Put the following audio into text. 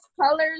colors